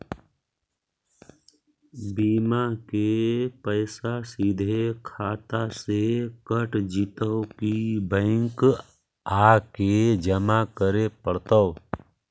बिमा के पैसा सिधे खाता से कट जितै कि बैंक आके जमा करे पड़तै?